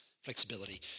flexibility